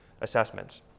assessments